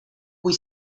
kui